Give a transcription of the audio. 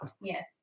Yes